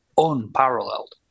unparalleled